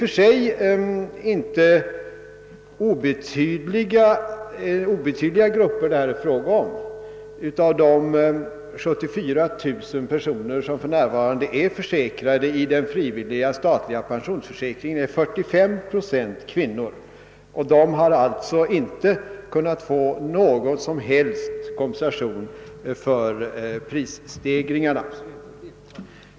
Det är i och för sig inga obetydliga grupper som det här gäller. Av de 74 000 personer som för närvarande är försäkrade i den frivilliga statliga pensionsförsäkringen är 45 procent kvinnor, och de har alltså inte kunnat få någon som helst kompensation för prisstegringarna.